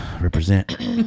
represent